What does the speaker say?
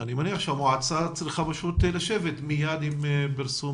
אני מניח שהמועצה צריכה פשוט לשבת מיד עם פרסום